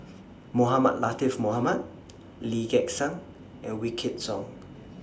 Mohamed Latiff Mohamed Lee Gek Seng and Wykidd Song